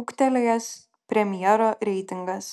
ūgtelėjęs premjero reitingas